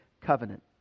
covenant